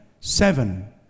seven